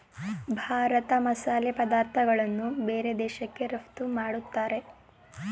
ಭಾರತ ಮಸಾಲೆ ಪದಾರ್ಥಗಳನ್ನು ಬೇರೆ ದೇಶಕ್ಕೆ ರಫ್ತು ಮಾಡತ್ತರೆ